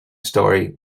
story